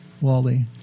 wally